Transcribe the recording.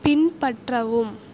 பின்பற்றவும்